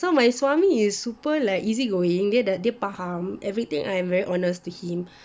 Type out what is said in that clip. so my suami is super like easy going dia faham everything I'm very honest to him